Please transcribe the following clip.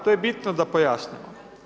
To je bitno da pojasnimo.